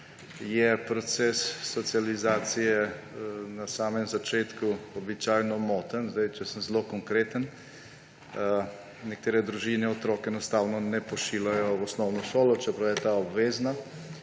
je proces socializacije na samem začetku običajno moten. Če sem zelo konkreten, nekatere družine otrok enostavno ne pošiljajo v osnovno šolo, čeprav je ta obvezna,